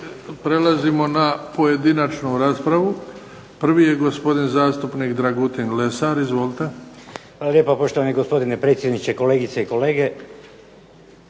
Prelazimo na pojedinačnu raspravu. Prvi je gospodin zastupnik Dragutin Lesar. Izvolite. **Lesar, Dragutin (Nezavisni)** Hvala lijepa poštovani gospodine predsjedniče, kolegice i kolege.